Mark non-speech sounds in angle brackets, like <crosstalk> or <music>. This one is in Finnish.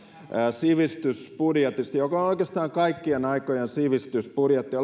sivistysbudjetista joka on oikeastaan kaikkien aikojen sivistysbudjetti <unintelligible>